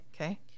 Okay